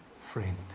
friend